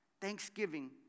Thanksgiving